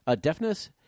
deafness